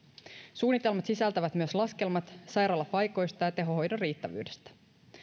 suunnitelmat sisältävät myös laskelmat sairaalapaikoista ja tehohoidon riittävyydestä